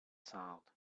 sound